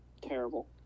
terrible